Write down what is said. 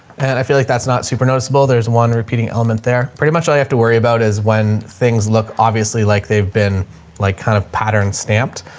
and i feel like that's not super noticeable. there's one repeating element there. pretty much all you have to worry about is when things look obviously like they've been like kind of pattern stamped,